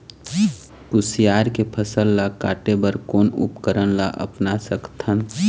कुसियार के फसल ला काटे बर कोन उपकरण ला अपना सकथन?